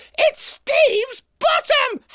it's steve's bottom.